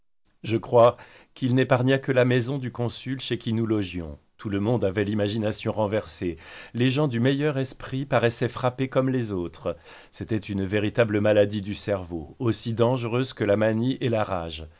je crois qu'il n'épargna que la maison du consul chez qui nous logions tout le monde avait l'imagination renversée les gens du meilleur esprit paraissaient frappés comme les autres c'était une véritable maladie du cerveau aussi dangereuse que la manie et la rage